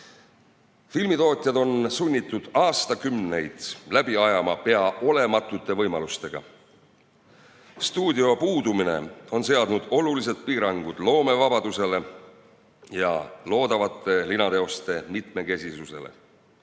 on. Filmitootjad on sunnitud aastakümneid läbi ajama pea olematute võimalustega. Stuudio puudumine on seadnud olulised piirangud loomevabadusele ja loodavate linateoste mitmekesisusele,